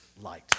light